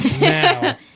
now